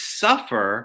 suffer